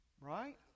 Right